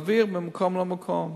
להעביר ממקום למקום.